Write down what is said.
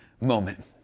moment